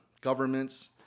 governments